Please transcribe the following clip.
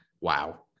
Wow